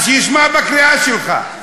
אז שיישמע לקריאה שלך.